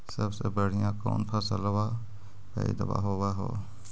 सबसे बढ़िया कौन फसलबा पइदबा होब हो?